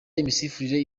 imisifurire